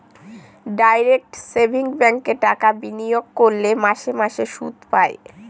direct savings ব্যাঙ্কে টাকা বিনিয়োগ করলে মাসে মাসে সুদ পায়